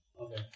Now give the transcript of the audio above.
Okay